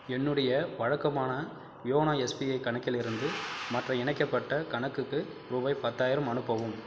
என்னுடைய வழக்கமான YONO SBI கணக்கிலிருந்து மற்ற இணைக்கப்பட்ட கணக்குக்கு ரூபாய் பத்தாயரம் அனுப்பவும்